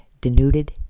denuded